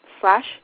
slash